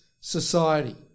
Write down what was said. society